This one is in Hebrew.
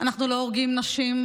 אנחנו לא הורגים נשים,